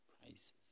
prices